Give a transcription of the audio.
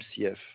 mcf